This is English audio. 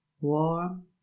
warm